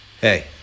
hey